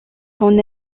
son